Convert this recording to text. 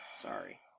Sorry